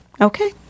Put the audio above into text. Okay